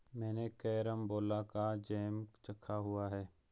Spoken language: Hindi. मैंने कैरमबोला का जैम चखा हुआ है